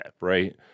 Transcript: right